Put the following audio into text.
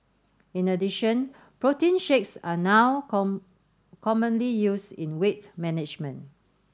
in addition protein shakes are now commonly used in weight management